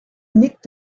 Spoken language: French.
nick